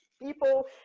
people